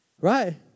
Right